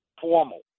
formal